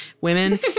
women